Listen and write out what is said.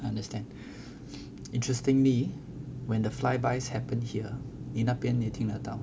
understand interestingly when the fly bys happen here 你那边你听得到 mah